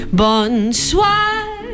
bonsoir